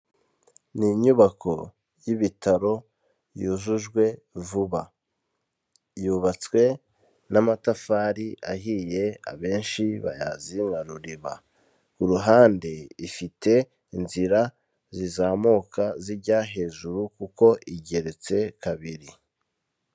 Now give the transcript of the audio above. Ni inyubako y'Ibitaro yujujwe vuba. Yubatswe n'amatafari ahiye abenshi bayazi nka ruriba. Ku ruhande ifite inzira zizamuka zijya hejuru kuko igeretse kabiri.